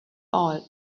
all